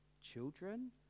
children